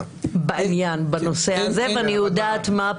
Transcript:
הוועדה לקידום מעמד האישה ולשוויון מגדרי): תתפלא לדעת,